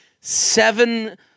seven